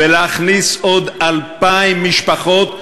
ולהכניס עוד 2,000 משפחות,